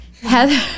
heather